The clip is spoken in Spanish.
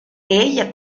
ella